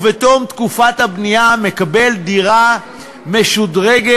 ובתום תקופת הבנייה מקבל דירה משודרגת